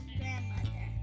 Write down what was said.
grandmother